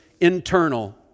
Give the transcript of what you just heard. internal